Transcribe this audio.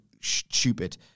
stupid